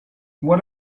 what